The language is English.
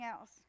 else